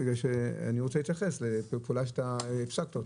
אני רוצה להתייחס לפעולה שאתה הפסקת אותה,